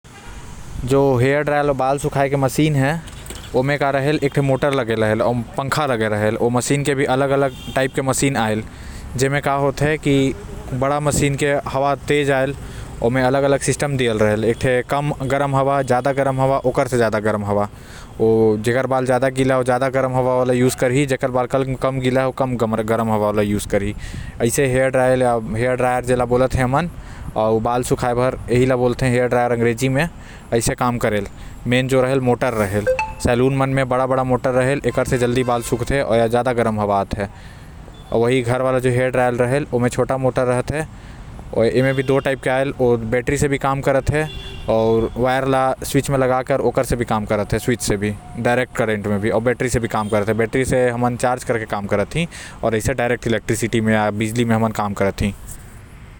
जो hair dryer बाल सुखाए के मशीन हे ओकर से का होएल की ओ बाल सुखाए म काम आते। आऊ ओकर इस्तेमाल भी कम करना सही हे काबर की ओह गरम हवा फेंकते जेन से बाल कमजोर होते आऊ ओकर अंदर भी मोटर लगे रहते। अलग अलग टाइप के मशीन आएल जेन से हवा के ताल्लुक रहल की कोन ज्यादा मात्रा में हवा फेंक सकत हे।